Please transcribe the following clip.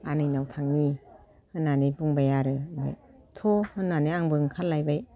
आनैनाव थांनि होननानै बुंबाय आरो ओमफ्राय थु होननानै आंबो ओंखारलायबाय